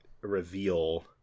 reveal